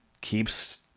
keeps